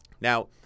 Now